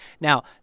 Now